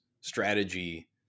strategy